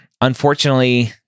unfortunately